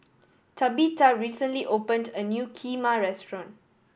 Tabetha recently opened a new Kheema restaurant